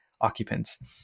occupants